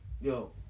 yo